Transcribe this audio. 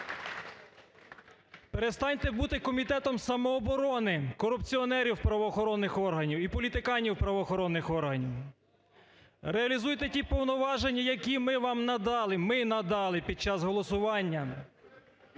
перестаньте будете комітетом самооборони корупціонерів правоохоронних органів і політиканів правоохоронних органів, реалізуйте ті повноваження, які ми вам надали, ми надали під час голосування,